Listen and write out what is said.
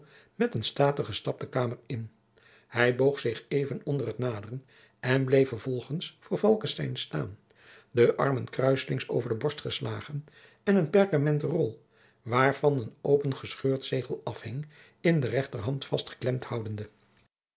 met een statigen stap de kamer in hij boog zich even onder t naderen en bleef vervolgens voor falckestein staan de armen kruislings over de borst geslagen en een perkamenten rol waarvan een opengescheurd zegel afhing in de rechterhand vastgeklemd houdende